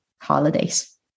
holidays